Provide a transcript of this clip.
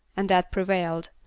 and that prevailed.